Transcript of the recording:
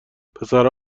پسرها